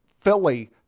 Philly